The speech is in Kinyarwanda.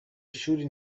ishuri